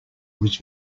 was